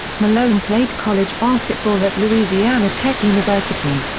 malone played college basketball at louisiana tech university.